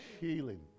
healing